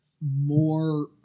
more